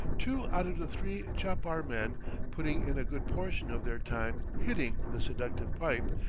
two out of the three chapar men putting in a good portion of their time hitting the seductive pipe,